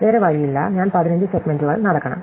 വേറെ വഴിയില്ല ഞാൻ 15 സെഗ്മെന്റുകൾ നടക്കണം